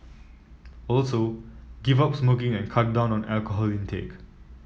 also give up smoking and cut down on alcohol intake